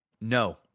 No